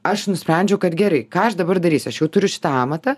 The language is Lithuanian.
aš nusprendžiau kad gerai ką aš dabar darysiu aš jau turiu šitą amatą